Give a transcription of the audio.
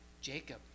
Jacob